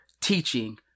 teaching